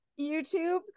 YouTube